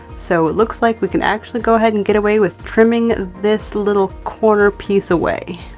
so it looks like we can actually go ahead and get away with trimming this little corner piece away.